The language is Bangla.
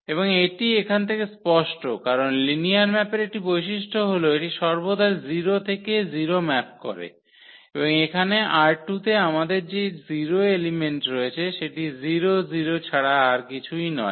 এবং এটি এখান থেকে স্পষ্ট কারণ লিনিয়ার ম্যাপের একটি বৈশিষ্ট্য হল এটি সর্বদা 0 থেকে 0 ম্যাপ করে এবং এখানে ℝ2 তে আমাদের যে 0 এলিমেন্ট রয়েছে সেটি 00 ছাড়া আর কিছুই নয়